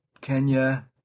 Kenya